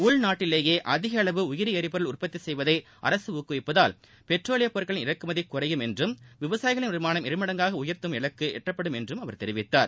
உள்நாட்டிலேயே அதிகளவு உயிரி ளரிபொருள் உற்பத்தி செய்வதை அரசு ஊக்குவிப்பதால் பெட்ரோலியப் பொருட்களின் இறக்குமதி குறையும் என்றும் விவசாயிகளின் வருமானம் இருமடங்காக உயர்த்தும் இலக்கு எட்டப்படும் என்றும் அவர் தெரிவித்தார்